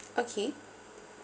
okay